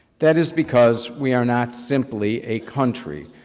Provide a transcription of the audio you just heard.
that is because we are not simply a country,